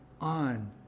on